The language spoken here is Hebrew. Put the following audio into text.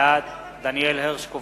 בעד דניאל הרשקוביץ,